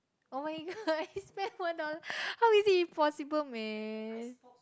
oh-my-god I spent one dollar how is it impossible man